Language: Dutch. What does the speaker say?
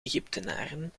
egyptenaren